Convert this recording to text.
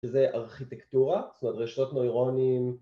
שזה ארכיטקטורה, זאת אומרת רשתות נוירונים